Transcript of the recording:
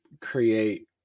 create